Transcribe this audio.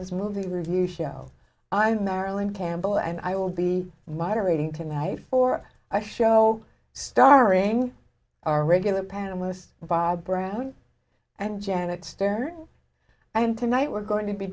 was movie review show i'm marilyn campbell and i will be moderating tonight for a show starring our regular panelist bob brown and janet stern and tonight we're going to be